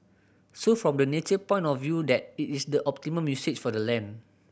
so from the nature point of view that it is the optimum usage for the land